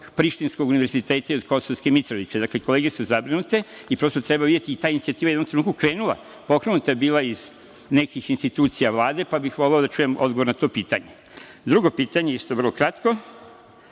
prištinskog Univerziteta i od Kosovske Mitrovice. Kolege su zabrinute i prosto treba videti. Ta inicijativa je u jednom trenutku krenula, pokrenuta je bila iz nekih institucija Vlade, pa bih voleo da čujem odgovor na to pitanje. Drugo pitanje je isto vrlo kratko.